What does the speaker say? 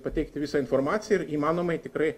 pateikti visą informaciją ir įmanomai tikrai